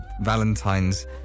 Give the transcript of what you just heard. Valentine's